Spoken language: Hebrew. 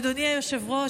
אדוני היושב-ראש,